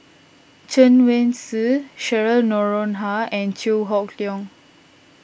Chen Wen Hsi Cheryl Noronha and Chew Hock Leong